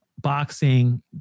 boxing